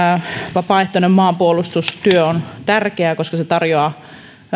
vapaaehtoinen maanpuolustustyö on tärkeää koska se tarjoaa